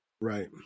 right